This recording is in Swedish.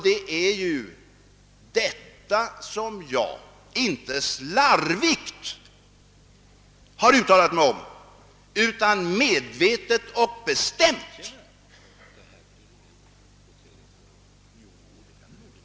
Det är ju dessa som jag har uttalat mig om — inte slarvigt utan medvetet och bestämt.